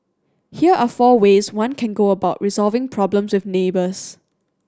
here are four ways one can go about resolving problems with neighbours